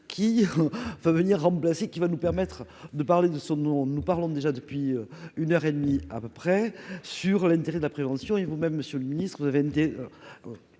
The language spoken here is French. qui va venir remplacer qui va nous permettre de parler de son nous parlons déjà depuis une heure et demie à peu près sur l'intérêt de la prévention et vous-même, Monsieur le Ministre, vous avez